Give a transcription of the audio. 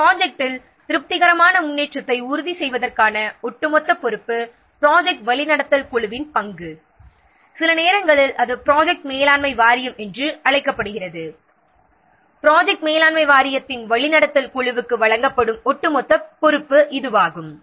ஒரு ப்ராஜெக்ட்டிலுள்ள திருப்திகரமான முன்னேற்றத்தை உறுதி செய்வதற்கான ஒட்டுமொத்த பொறுப்பு ப்ராஜெக்ட் வழிநடத்தல் குழுவின் பங்காகும் சில நேரங்களில் அது ப்ராஜெக்ட் மேலாண்மை வாரியம் என்று அழைக்கப்படுகிறது ப்ராஜெக்ட் மேலாண்மை வாரியத்தின் வழிநடத்தல் குழுவுக்கு வழங்கப்படும் ஒட்டுமொத்த பொறுப்பு இதுவாகும்